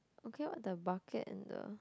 okay lor the bucket and the